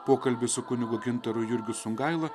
pokalbis su kunigu gintaru jurgis sungaila